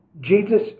Jesus